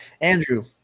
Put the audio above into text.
Andrew